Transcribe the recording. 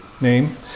name